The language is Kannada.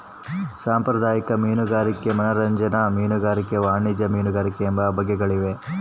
ಸಾಂಪ್ರದಾಯಿಕ ಮೀನುಗಾರಿಕೆ ಮನರಂಜನಾ ಮೀನುಗಾರಿಕೆ ವಾಣಿಜ್ಯ ಮೀನುಗಾರಿಕೆ ಎಂಬ ಬಗೆಗಳಿವೆ